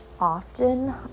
often